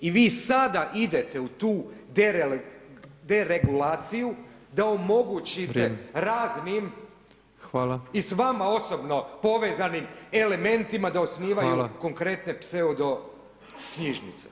I vi sada idete u tu deregulaciju da omogućite raznim i s vama osobno povezanim elementima da osnivaju konkretne pseudo knjižnice.